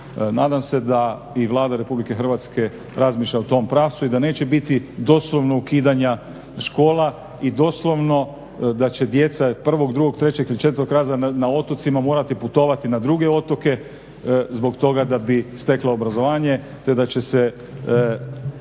Nadam se da i Vlada RH razmišlja u tom pravcu i da neće biti doslovnog ukidanja škola i doslovno da će djeca prvog, drugog, trećeg il četvrtog razreda na otocima morati putovati na druge otoke zbog toga da bi stekla obrazovanje te da će